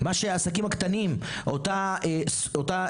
מה שהעסקים הקטנים, אותה